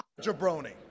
Jabroni